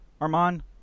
Armand